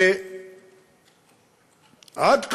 שעד כה,